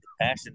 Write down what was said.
passion